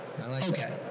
Okay